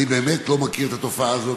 אני באמת לא מכיר את התופעה הזאת.